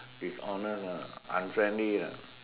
dishonest ah unfriendly ah